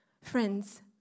Friends